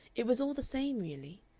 it was all the same really.